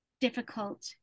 difficult